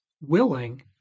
willing